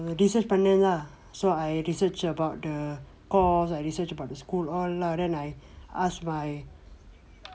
research பனேன்:panneen lah so I research about the course I research about the school all lah then I ask my